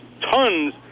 tons